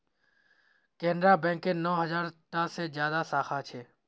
केनरा बैकेर नौ हज़ार टा से ज्यादा साखा छे